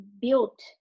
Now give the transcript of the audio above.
built